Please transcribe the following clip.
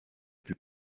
plus